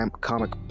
comic